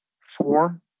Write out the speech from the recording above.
four